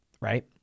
right